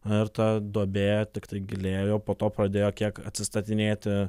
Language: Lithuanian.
ir ta duobė tiktai gilėjo po to pradėjo kiek atsistatinėti